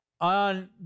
on